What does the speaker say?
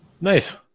Nice